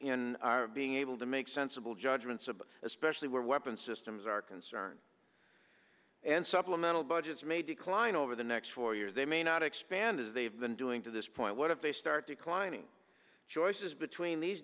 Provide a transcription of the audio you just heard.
in our being able to make sensible judgments about especially where weapon systems are concerned and supplemental budgets may decline over the next four years they may not expand as they've been doing to this point what if they start declining choices between these